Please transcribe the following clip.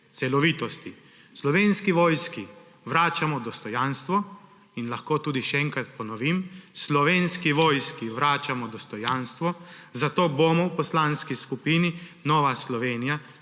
celovitosti. Slovenski vojski vračamo dostojanstvo in lahko tudi še enkrat ponovim, Slovenski vojski vračamo dostojanstvo, zato bomo v Poslanski skupini Nova Slovenija